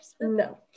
No